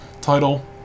title